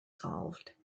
solved